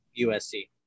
USC